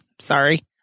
sorry